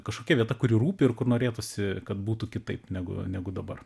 kažkokia vieta kuri rūpi ir kur norėtųsi kad būtų kitaip negu negu dabar